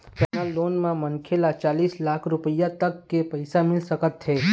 personal loan म मनखे ल चालीस लाख रूपिया तक के पइसा मिल सकत हे